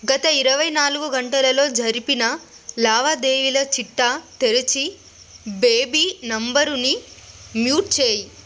గత ఇరువైనాలుగు గంటలలో జరిపిన లావాదేవీల చిట్టా తెరచి బేబీ నంబరుని మ్యూట్ చేయి